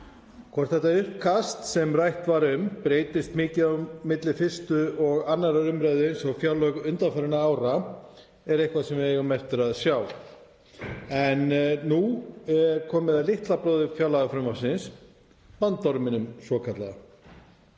Hvort þetta uppkast sem rætt var um breytist mikið á milli 1. og 2. umræðu, eins og fjárlög undanfarinna ára, er eitthvað sem við eigum eftir að sjá en nú er komið að litla bróður fjárlagafrumvarpsins, bandorminum svokallaða.